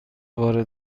بار